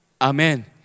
Amen